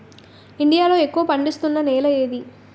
India లో ఎక్కువ పండిస్తున్నా నేల ఏది?